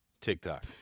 TikTok